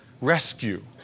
rescue